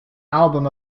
album